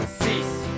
cease